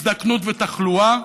הזדקנות ותחלואה,